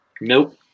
Nope